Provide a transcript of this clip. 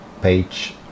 page